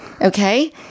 Okay